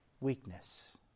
weakness